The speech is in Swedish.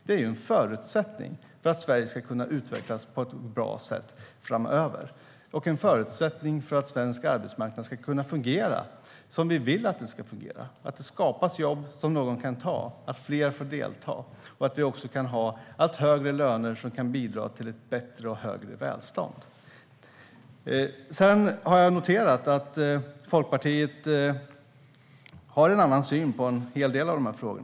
Det är en förutsättning för att Sverige ska kunna utvecklas på ett bra sätt framöver. Det är också en förutsättning för att svensk arbetsmarknad ska kunna fungera som vi vill att den ska fungera, så att det skapas jobb som någon kan ta, så att fler kan delta och så att allt högre löner kan bidra till ett högre välstånd. Sedan har jag noterat att Liberalerna har en annan syn på en hel del av dessa frågor.